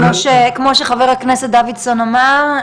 כמו שחבר הכנסת דוידסון אמר,